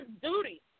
duty